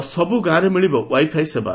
ଦେଶର ସବୁ ଗାଁରେ ମିଳିବ ୱାଇଫାଇ ସେବା